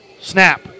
Snap